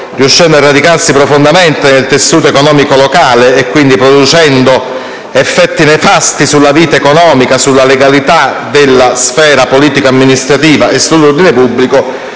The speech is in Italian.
riuscendo a radicarsi profondamente nel tessuto economico locale - producendo quindi effetti nefasti sulla vita economica, sulla legalità della sfera politica e amministrativa e sull'ordine pubblico